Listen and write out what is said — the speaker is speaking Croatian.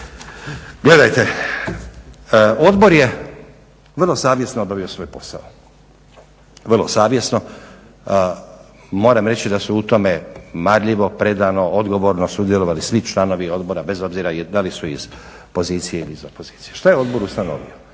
Gledajte, Odbor je vrlo savjesno obavio svoj posao, vrlo savjesno. Moram reći da su u tome marljivo, predano, odgovorno sudjelovali svi članovi Odbora bez obzira da li su iz pozicije ili iz opozicije. Što je Odbor ustanovio?